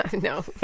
No